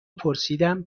پرسیدم